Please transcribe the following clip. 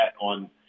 on